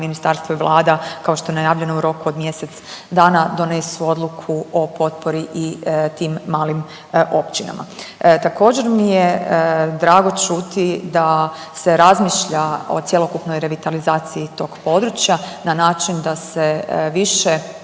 ministarstvo i Vlada, kao što je najavljeno u roku od mjesec dana donesu odluku o potpori i tim malim općinama. Također mi je drago čiti da se razmišlja o cjelokupnoj revitalizaciji tog područja na način da se više